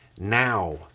Now